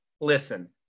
listen